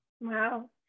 Wow